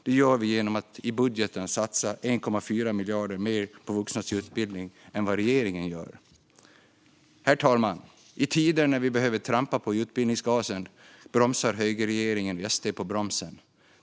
Detta gör vi genom att i budgeten satsa 1,4 miljarder mer på vuxnas utbildning än vad regeringen gör. Herr talman! I tider när vi behöver trampa på utbildningsgasen ställer sig högerregeringen och SD på bromsen.